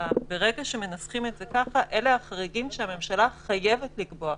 ברגע שמנסחים את זה ככה אלה החריגים שהממשלה חייבת לקבוע,